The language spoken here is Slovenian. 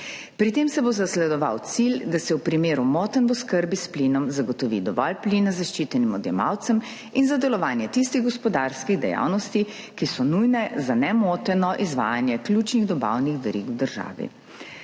Pri tem se bo zasledoval cilj, da se v primeru motenj v oskrbi s plinom zagotovi dovolj plina zaščitenim odjemalcem in za delovanje tistih gospodarskih dejavnosti, ki so nujne za nemoteno izvajanje ključnih dobavnih verig v državi.